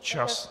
Čas!